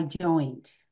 joint